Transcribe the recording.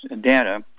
data